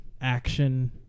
action